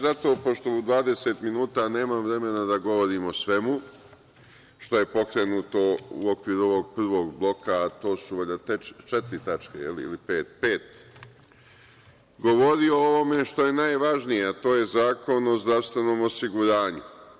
Zato bih, pošto u 20 minuta nemam vremena da govorim o svemu što je pokrenuto u okviru ovog prvog bloka, a to su valjda te četiri tačke, ili pet, pet, govorio o ovome što je najvažnije, a to je Zakon o zdravstvenom osiguranju.